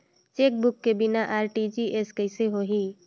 Chequebook के बिना RTGS कइसे होही?